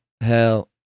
hell